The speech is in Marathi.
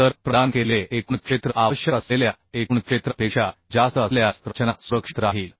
तर प्रदान केलेले एकूण क्षेत्र आवश्यक असलेल्या एकूण क्षेत्रापेक्षा जास्त असल्यास रचना सुरक्षित राहील